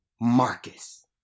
Marcus